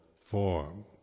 form